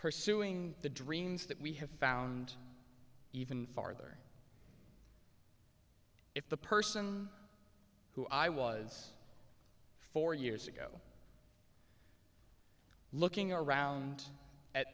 pursuing the dreams that we have found even farther if the person who i was four years ago looking around at